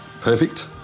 perfect